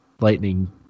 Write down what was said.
Lightning